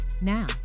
now